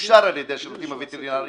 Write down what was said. אושר על ידי השירותים הווטרינריים.